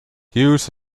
hughes